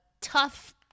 tough